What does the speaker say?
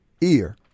ear